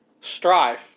strife